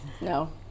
no